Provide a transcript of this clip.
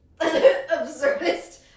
absurdist